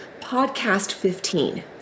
podcast15